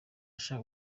ashaka